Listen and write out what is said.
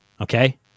Okay